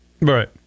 Right